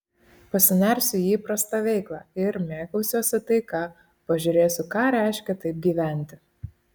pasinersiu į įprastą veiklą ir mėgausiuosi taika pažiūrėsiu ką reiškia taip gyventi